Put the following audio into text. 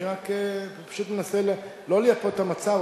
אני פשוט מנסה לא לייפות את המצב,